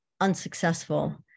unsuccessful